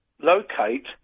locate